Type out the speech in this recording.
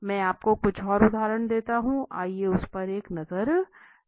मैं आपको कुछ और उदाहरण देता हूं आइए उस पर एक नजर डालते हैं